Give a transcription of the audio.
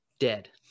dead